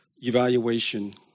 evaluation